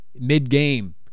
mid-game